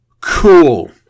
Cool